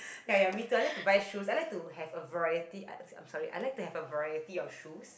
ya ya me too I like to buy shoes I like to have a variety I'm sorry I like to have a variety of shoes